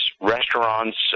restaurants